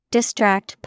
Distract